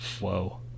Whoa